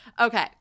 Okay